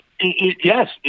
Yes